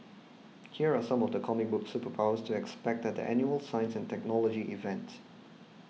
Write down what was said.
here are some of the comic book superpowers to expect at the annual science and technology event